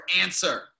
answer